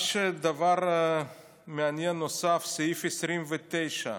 דבר מעניין נוסף, סעיף 29: